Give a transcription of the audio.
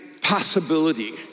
possibility